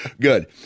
Good